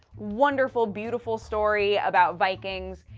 wonderful, beautiful story about vikings.